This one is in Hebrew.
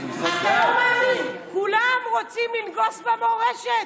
אתה לא מאמין, כולם רוצים לנגוס במורשת,